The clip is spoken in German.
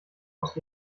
aus